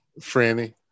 Franny